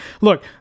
Look